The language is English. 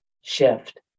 shift